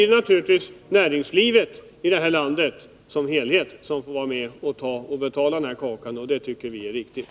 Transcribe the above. Det är då näringslivet i dess helhet här i landet som får betala det här, och det tycker vi är riktigt.